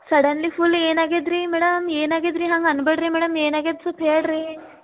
suddenly full ಏನಾಗಿದೆ ರೀ madam ಏನಾಗಿದೆ ರೀ ಹಂಗೆ ಅನ್ನಬೇಡ್ರಿ ಮೇಡಮ್ ಏನಾಗಿದೆ ಸ್ವಲ್ಪ್ ಹೇಳ್ರಿ